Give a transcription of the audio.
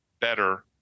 better-